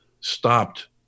stopped